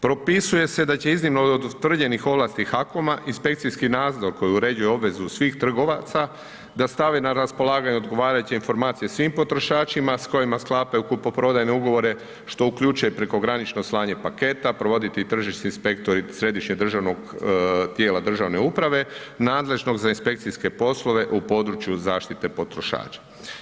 Propisuje se da će se iznimno od utvrđenih ovlasti HAKOM-a inspekcijski nadzor koji uređuje obvezu svih trgovaca da stave na raspolaganje odgovarajuće informacije svim potrošačima s kojima sklapaju kupoprodajne ugovore što uključuje prekogranično slanje paketa, provoditi tržišni inspektori središnjeg državnog tijela državne uprave nadležnog za inspekcijske poslove u području zaštite potrošača.